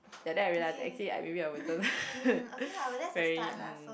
that day I realize that actually I maybe I wasn't very um